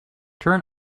turn